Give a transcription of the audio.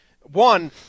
One